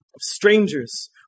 strangers